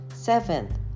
Seventh